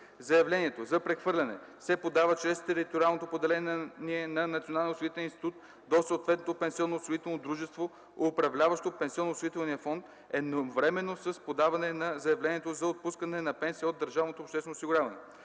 Заявлението за прехвърляне се подава чрез териториално поделение на Националния осигурителен институт до съответното пенсионноосигурително дружество, управляващо пенсионноосигурителния фонд, едновременно с подаване на заявлението за отпускане на пенсия от държавното обществено осигуряване.